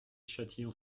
châtillon